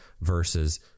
versus